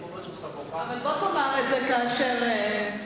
בוא תאמר את זה כאשר, .